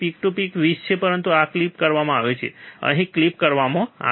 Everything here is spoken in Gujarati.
પીક ટુ પીક 20 છે પરંતુ આ ક્લિપ કરવામાં આવે છે તે અહીં ક્લિપ કરવામાં આવે છે